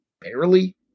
barely